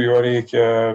juo reikia